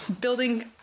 building